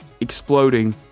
exploding